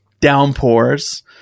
downpours